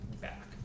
back